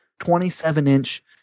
27-inch